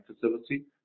facility